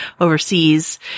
overseas